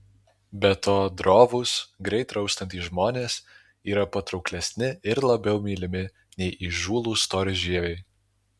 be to drovūs greit raustantys žmonės yra patrauklesni ir labiau mylimi nei įžūlūs storžieviai